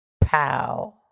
pow